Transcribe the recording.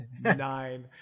nine